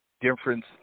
difference